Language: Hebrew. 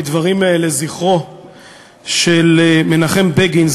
בדברים לזכרו של מנחם בגין,